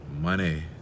money